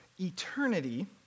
eternity